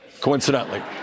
coincidentally